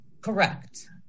Correct